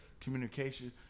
communication